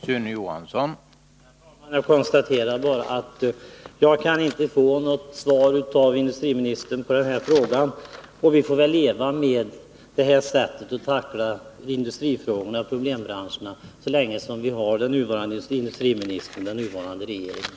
Herr talman! Jag bara konstaterar att jag inte kan få något svar av industriministern på den här frågan. Vi får väl leva med det här sättet att tackla industrifrågorna i problembranscherna så länge vi har den nuvarande industriministern och den nuvarande regeringen.